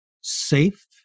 safe